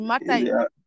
Matter